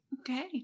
Okay